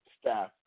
staff